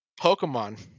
Pokemon